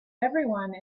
everyone